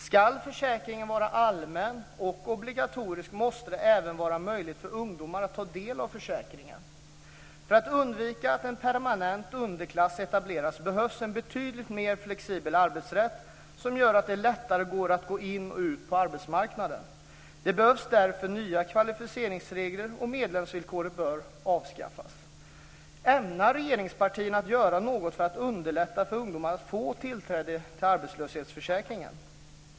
Ska försäkringen vara allmän och obligatorisk måste det även vara möjligt för ungdomar att ta del av den. För att undvika att en permanent underklass etableras behövs en betydligt mer flexibel arbetsrätt som gör det lättare att gå in och ut på arbetsmarknaden. Det behövs därför nya kvalificeringsregler, och medlemsvillkoret bör avskaffas. Ämnar regeringspartierna göra något för att underlätta för ungdomar att få tillträde till arbetslöshetsförsäkringen?